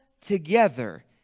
together